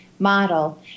model